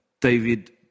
David